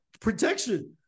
protection